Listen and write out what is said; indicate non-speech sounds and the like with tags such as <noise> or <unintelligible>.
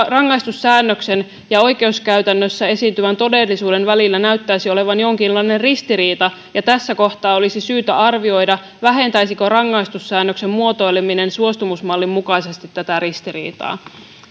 <unintelligible> rangaistussäännöksen ja oikeuskäytännössä esiintyvän todellisuuden välillä näyttäisi olevan jonkinlainen ristiriita ja tässä kohtaa olisi syytä arvioida vähentäisikö rangaistussäännöksen muotoileminen suostumusmallin mukaisesti tätä ristiriitaa